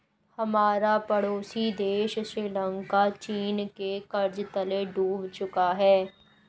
हमारा पड़ोसी देश श्रीलंका चीन के कर्ज तले डूब चुका है